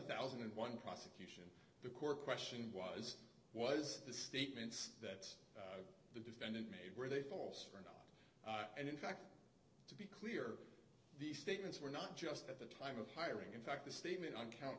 thousand and one prosecute the core question was was the statements that the defendant made were they forced or not and in fact to be clear these statements were not just at the time of hiring in fact the statement on count